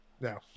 No